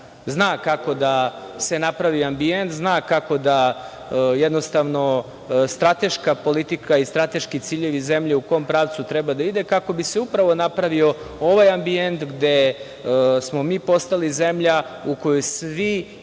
zna kako da se napravi ambijent, zna jednostavno strateška politika i strateški ciljevi zemlje u kom pravcu treba da idu kako bi se upravo napravio ovaj ambijent gde smo mi postali zemlja u koju svi